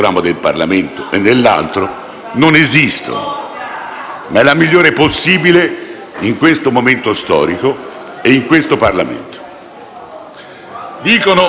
Ma è la migliore possibile in questo momento storico e in questo Parlamento.